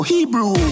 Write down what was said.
Hebrew